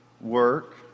work